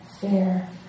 fair